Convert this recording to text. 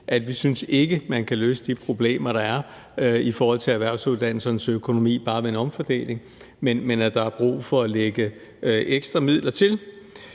at man kan løse de problemer, der er i forhold til erhvervsuddannelsernes økonomi, bare ved en omfordeling, men at der er brug for at lægge ekstra midler til,